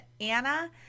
Anna